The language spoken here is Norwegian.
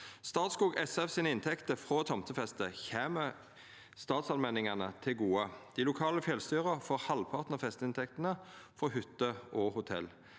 Statskog SF får frå tomtefeste, kjem statsallmenningane til gode. Dei lokale fjellstyra får halvparten av festeinntektene for hytter og hotell.